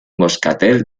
moscatel